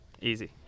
easy